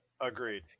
Agreed